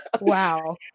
Wow